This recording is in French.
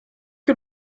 que